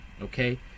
okay